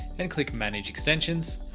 and click manage extensions.